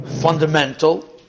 fundamental